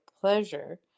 pleasure